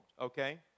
okay